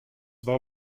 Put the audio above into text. war